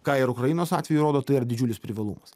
ką ir ukrainos atveju rodo tai yra didžiulis privalumas